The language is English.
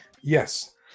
Yes